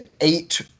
eight